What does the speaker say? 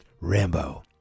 Rambo